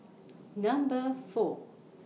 Number four